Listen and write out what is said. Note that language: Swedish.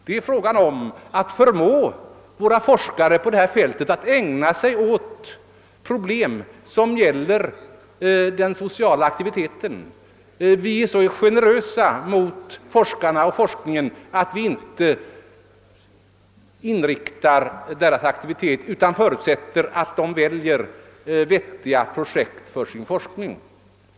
Det är fråga om att förmå våra forskare på detta fält att ägna sig åt problem som gäller den sociala aktiviteten. Vi är så generösa mot forskarna att vi inte bestämmer inriktningen av deras aktivitet, utan förutsätter att de väljer vettiga projekt för sin forskning.